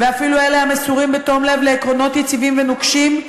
"ואפילו אלה המסורים בתום לב לעקרונות יציבים ונוקשים,